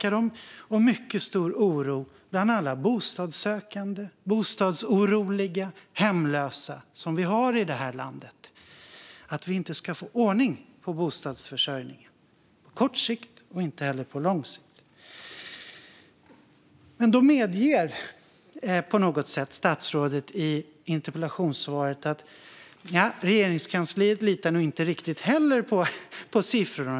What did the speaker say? Och det finns en mycket stor oro bland alla bostadssökande och hemlösa som vi har i detta land för att vi inte ska få ordning på bostadsförsörjningen på kort sikt och inte heller på lång sikt. Ändå medger statsrådet på något sätt i sitt interpellationssvar att Regeringskansliet nog inte heller riktigt litar på siffrorna.